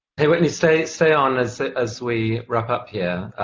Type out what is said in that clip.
hey whitney, stay stay on as as we wrap up here.